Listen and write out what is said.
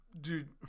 Dude